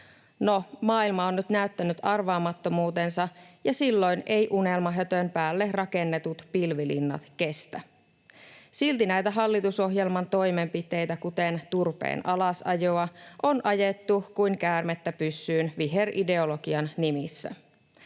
No, maailma on nyt näyttänyt arvaamattomuutensa, ja silloin eivät unelmahötön päälle rakennetut pilvilinnat kestä. Silti näitä hallitusohjelman toimenpiteitä, kuten turpeen alasajoa, on ajettu kuin käärmettä pyssyyn viherideologian nimissä.